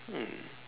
mm